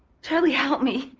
charlie, help me.